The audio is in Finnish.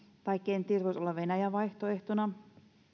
tai kenties olla venäjä vaihtoehtona